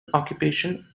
occupation